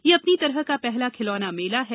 यह अपनी तरह का पहला खिलौना मेला है